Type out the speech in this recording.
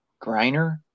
Griner